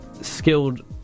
skilled